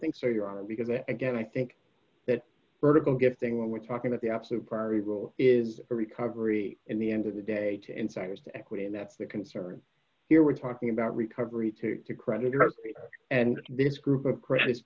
think so your honor because again i think that vertical good thing what we're talking about the absolute primary role is a recovery in the end of the day to insiders equity and that's the concern here we're talking about recovery to the creditors and this group of credit